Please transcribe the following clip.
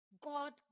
God